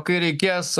kai reikės